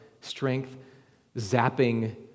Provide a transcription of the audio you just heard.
strength-zapping